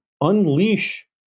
unleash